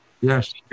Yes